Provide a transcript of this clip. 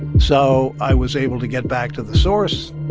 so i was able to get back to the source.